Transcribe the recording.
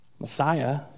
Messiah